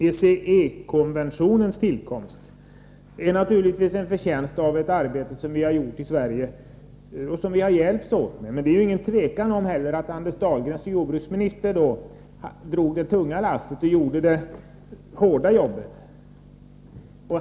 ECE-konventionens tillkomst är naturligtvis en förtjänst av ett arbete som vi har gjort i Sverige och som vi har hjälpts åt med. Men det är inget tvivel om att Anders Dahlgren som jordbruksminister drog det tunga lasset och gjorde det hårda jobbet.